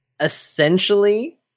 essentially